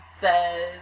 says